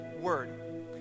word